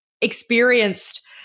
experienced